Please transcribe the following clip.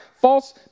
false